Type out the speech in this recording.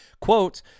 quote